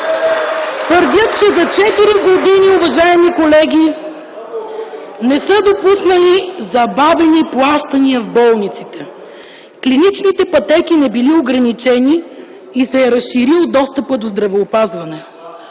твърдят, че за четири години, уважаеми колеги, не са допуснали забавени плащания в болниците! Клиничните пътеки не били ограничени и се е разширил достъпът до здравеопазване.